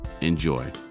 Enjoy